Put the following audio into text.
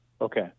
Okay